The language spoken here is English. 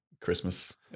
Christmas